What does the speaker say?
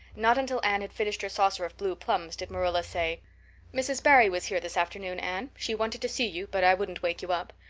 not until anne had finished her saucer of blue plums did marilla say mrs. barry was here this afternoon, anne. she wanted to see you, but i wouldn't wake you up.